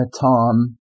Tom